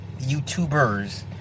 YouTubers